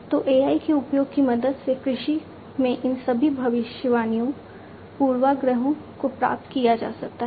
तो AI के उपयोग की मदद से कृषि में इन सभी भविष्यवाणियों पूर्वाग्रहों को प्राप्त किया जा सकता है